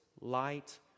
light